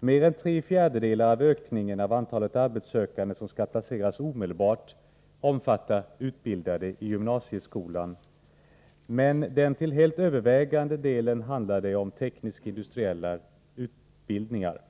Mer än tre fjärdedelar av ökningen av antalet arbetssökande som skall placeras omedelbart omfattar utbildade i gymnasieskolan. Men till helt övervägande del handlar det om tekniskindustriella utbildningar.